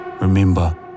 Remember